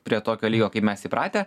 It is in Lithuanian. prie tokio lygio kaip mes įpratę